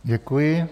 Děkuji.